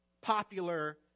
popular